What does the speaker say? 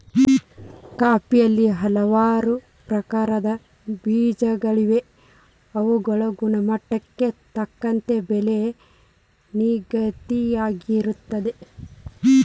ಕಾಫಿಯಲ್ಲಿ ಹಲವಾರು ಪ್ರಕಾರದ ಬೇಜಗಳಿವೆ ಅವುಗಳ ಗುಣಮಟ್ಟಕ್ಕೆ ತಕ್ಕಂತೆ ಬೆಲೆ ನಿಗದಿಯಾಗಿರುತ್ತದೆ